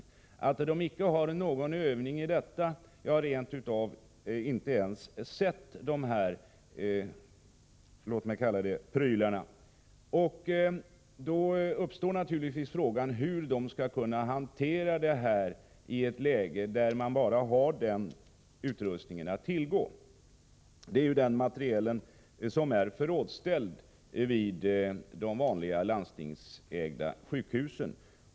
Man har alltså icke någon övning i detta, ja, man har rent av inte sett dessa — låt mig kalla dem så —- prylar. Då uppstår naturligtvis frågan hur man skall kunna hantera denna utrustning i ett läge när man bara har den utrustningen att tillgå. Det är ju sådan materiel som är förrådsställd vid de vanliga landstingsägda sjukhusen.